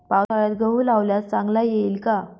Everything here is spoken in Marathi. पावसाळ्यात गहू लावल्यास चांगला येईल का?